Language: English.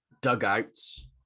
dugouts